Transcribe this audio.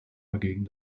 dagegen